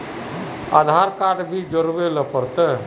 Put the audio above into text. आधार card भी जोरबे ले पड़ते?